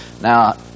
Now